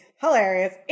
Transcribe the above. Hilarious